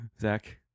Zach